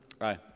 Aye